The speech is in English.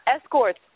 escorts